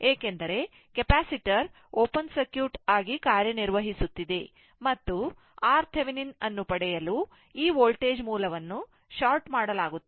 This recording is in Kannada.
ಏಕೆಂದರೆ ಕೆಪಾಸಿಟರ್ ಓಪನ್ ಸರ್ಕ್ಯೂಟ್ ಆಗಿ ಕಾರ್ಯನಿರ್ವಹಿಸುತ್ತಿದೆ ಮತ್ತು RThevenin ಅನ್ನು ಪಡೆಯಲು ಈ ವೋಲ್ಟೇಜ್ ಮೂಲವನ್ನು ಶಾರ್ಟ್ ಮಾಡಲಾಗುತ್ತದೆ